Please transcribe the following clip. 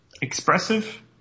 expressive